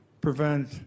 prevent